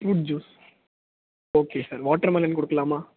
fruit juice okay sir watermelon கொடுக்கலாமா